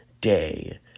day